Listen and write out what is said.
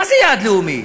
מה זה יעד לאומי?